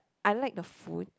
I like the food